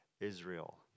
Israel